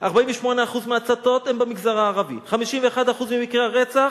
48% מההצתות הם במגזר הערבי, 51% ממקרי הרצח,